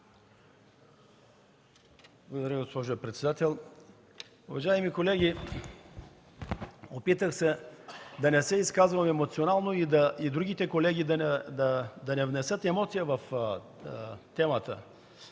Благодаря, госпожо председател. Уважаеми колеги, опитах се да не се изказвам емоционално и другите колеги да не внесат емоция в темата.